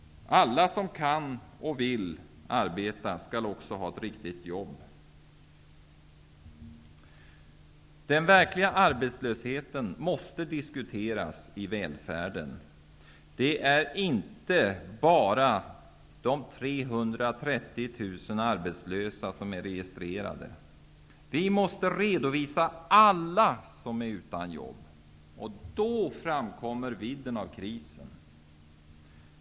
Alla som kan och vill arbeta skall också ha ett riktigt jobb. Den verkliga arbetslösheten måste diskuteras i samband med välfärden. Det är inte bara de 330 000 registrerade som är arbets lösa. Vi måste redovisa alla som är utan jobb. Då framkommer vidden av krisen.